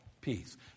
peace